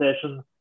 session